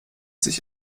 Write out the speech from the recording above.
sich